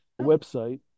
website